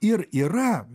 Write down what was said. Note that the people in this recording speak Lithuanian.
ir yra